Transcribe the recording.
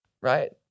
right